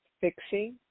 fixing